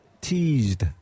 teased